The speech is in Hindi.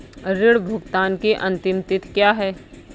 ऋण भुगतान की अंतिम तिथि क्या है?